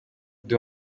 ndi